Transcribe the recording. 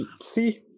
See